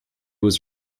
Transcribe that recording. was